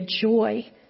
joy